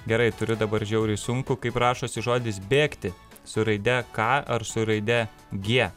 gerai turiu dabar žiauriai sunkų kaip rašosi žodis bėgti su raide ką ar su raide g